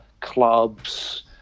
clubs